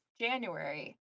January